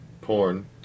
porn